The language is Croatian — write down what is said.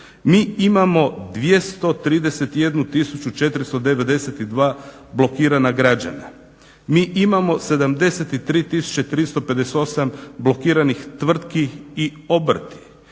Mi imamo 231 tisuću 492 blokirana građana, mi imamo 73 tisuće 358 blokiranih tvrtki i obrta.